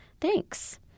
thanks